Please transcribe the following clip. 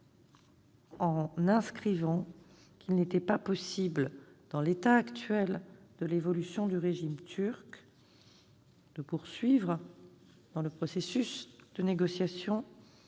en inscrivant qu'il n'était pas possible, en l'état actuel de l'évolution du régime turc, de poursuivre le processus de négociation